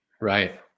Right